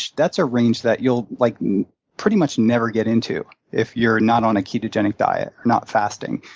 that's a range that you'll like pretty much never get into if you're not on a ketogenic diet, not fasting.